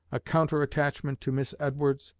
a counter attachment to miss edwards,